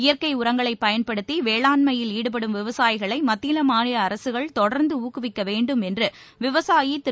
இயற்கை உரங்களைப் பயன்படுத்தி வேளாண்மையில் ஈடுபடும் விவசாயிகளை மத்திய மாநில அரசுகள் தொடர்ந்து ஊக்குவிக்க வேண்டும் என்று விவசாயி திரு